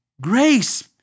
grace